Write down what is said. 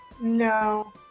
No